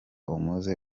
umuze